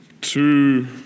two